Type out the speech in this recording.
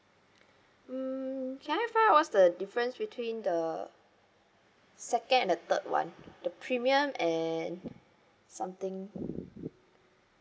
mm can I find what's the difference between the second and the third one the premium and something